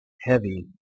heavy